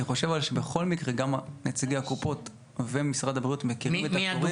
אני חושב שבכל מקרה גם נציגי הקופות ומשרד הבריאות מכירים את התורים.